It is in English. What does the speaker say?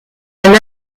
and